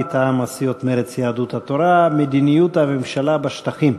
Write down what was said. מטעם הסיעות מרצ ויהדות התורה: מדיניות הממשלה בשטחים.